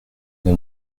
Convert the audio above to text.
n’a